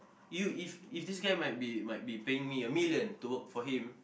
you if if this guy might be might be paying me a million to work for him